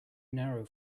narrow